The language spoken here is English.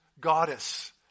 goddess